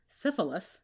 syphilis